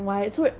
oh